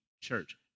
church